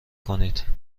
کنید